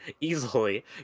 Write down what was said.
easily